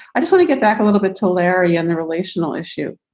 i don't want to get back a little bit to larry on the relational issue.